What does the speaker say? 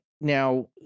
Now